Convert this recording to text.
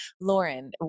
Lauren